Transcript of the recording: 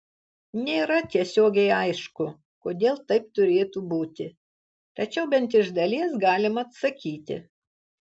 nėra tiesiogiai aišku kodėl taip turėtų būti tačiau bent iš dalies galima atsakyti